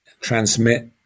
transmit